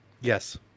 yes